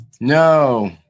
No